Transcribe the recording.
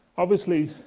obviously,